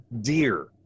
deer